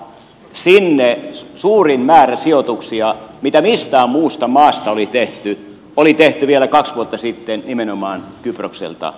sinne suurin määrä sijoituksia mitä mistään muusta maasta oli tehty oli vielä kaksi vuotta sitten tehty nimenomaan kyprokselta